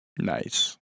Nice